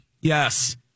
Yes